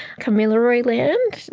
kamilaroi land,